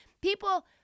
People